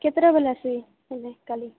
କେତେଟା ବେଲେ ଆସିବି କାଲି